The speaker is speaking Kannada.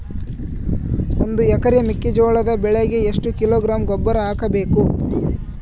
ಒಂದು ಎಕರೆ ಮೆಕ್ಕೆಜೋಳದ ಬೆಳೆಗೆ ಎಷ್ಟು ಕಿಲೋಗ್ರಾಂ ಗೊಬ್ಬರ ಹಾಕಬೇಕು?